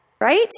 Right